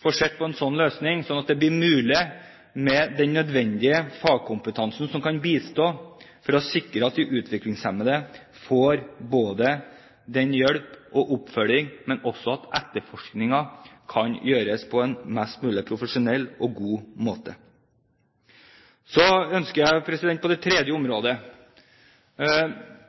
få sett på en slik løsning, slik at man kan få den nødvendige fagkompetansen som kan bistå for å sikre at de utviklingshemmede får hjelp og oppfølging, og at etterforskningen kan gjøres på en mest mulig profesjonell og god måte. Så